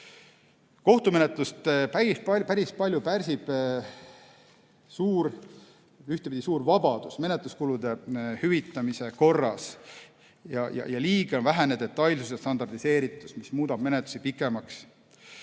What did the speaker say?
Kohtumenetlust päris palju pärsib ühtpidi suur vabadus menetluskulude hüvitamise korras ja liiga vähene detailsuse standardiseeritus, mis muudab menetlusi pikemaks.